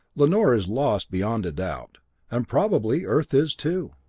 lanor is lost beyond a doubt and probably earth is, too.